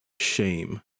shame